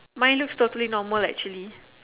mine looks totally normal actually